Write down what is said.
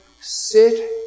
sit